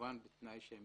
כמובן בתנאי שיהיו